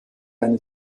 eine